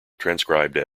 transcribed